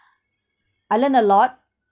I learn a lot